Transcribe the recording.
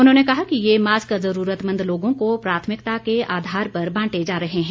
उन्होंने कहा कि ये मास्क जरूरतमंद लोगों को प्राथमिकता के आधार पर बांटे जा रहे हैं